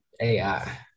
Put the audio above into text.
AI